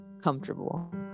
comfortable